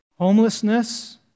Homelessness